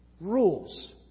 rules